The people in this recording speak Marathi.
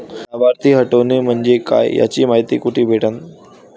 लाभार्थी हटोने म्हंजे काय याची मायती कुठी भेटन?